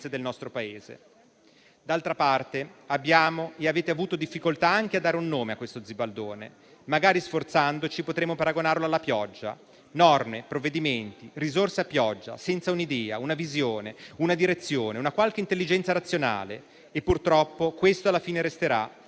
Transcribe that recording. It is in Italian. del nostro Paese. D'altra parte, abbiamo e avete avuto difficoltà anche a dare un nome a questo zibaldone; magari sforzandoci potremo paragonarlo alla pioggia: norme, provvedimenti, risorse a pioggia senza un'idea, una visione, una direzione, una qualche intelligenza razionale. Purtroppo, alla fine resterà